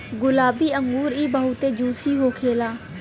गुलाबी अंगूर इ बहुते जूसी होखेला